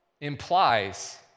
implies